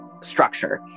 structure